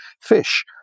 fish